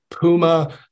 Puma